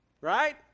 Right